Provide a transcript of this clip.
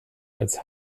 als